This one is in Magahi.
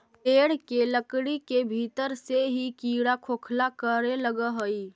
पेड़ के लकड़ी के भीतर से ही कीड़ा खोखला करे लगऽ हई